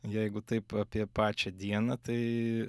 jeigu taip apie pačią dieną tai